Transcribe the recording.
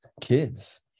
kids